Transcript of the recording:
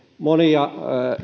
monia